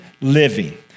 living